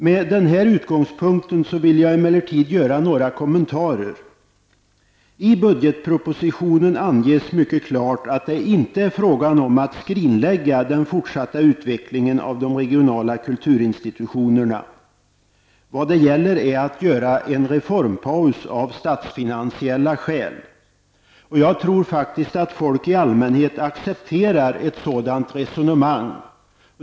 Med utgångspunkt i vad jag här har anfört vill jag emellertid göra några kommenterarer. I budgetpropositionen anges det mycket klart att det inte är fråga om att skrinlägga några planer om den fortsatta utvecklingen av de regionala kulturinstitutionerna. Vad det gäller är att av statsfinansiella skäl göra en reformpaus. Jag tror faktiskt att folk i allmänhet accepterar ett sådant resonemang.